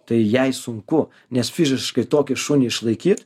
tai jai sunku nes fiziškai tokį šunį išlaikyt